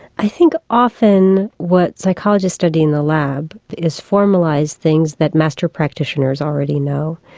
i think often what psychologists study in the lab is formalised things that master practitioners already know.